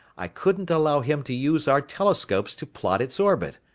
i couldn't allow him to use our telescopes to plot its orbit.